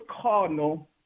Cardinal